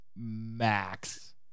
Max